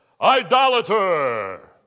Idolater